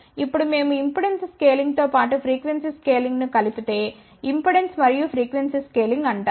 ఇప్పుడు మేము ఇంపెడెన్స్ స్కేలింగ్తో పాటు ఫ్రీక్వెన్సీ స్కేలింగ్ను కలిపితే ఇంపెడెన్స్ మరియు ఫ్రీక్వెన్సీ స్కేలింగ్ అంటారు